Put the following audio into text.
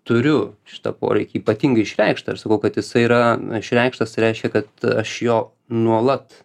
turiu šitą poreikį ypatingai išreikštą ir sakau kad jisai yra išreikštastai reiškia kad aš jo nuolat